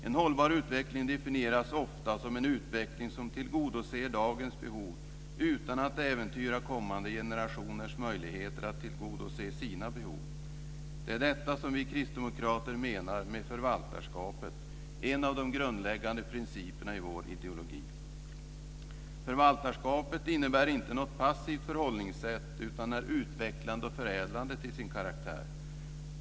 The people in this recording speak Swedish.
En hållbar utveckling definieras ofta som "en utveckling som tillgodoser dagens behov utan att äventyra kommande generationers möjligheter att tillgodose sina behov". Det är detta som vi kristdemokrater menar med förvaltarskapet, en av de grundläggande principerna i vår ideologi. Förvaltarskapet innebär inte något passivt förhållningssätt utan är utvecklande och förädlande till sin karaktär.